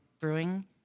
Brewing